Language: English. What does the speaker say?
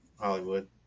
Hollywood